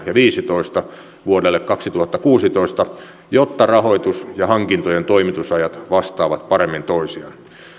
ja kaksituhattaviisitoista vuodelle kaksituhattakuusitoista jotta rahoitus ja hankintojen toimitusajat vastaavat paremmin toisiaan